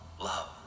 love